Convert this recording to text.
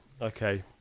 Okay